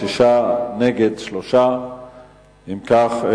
בעד, 6, נגד, 3. אם כך,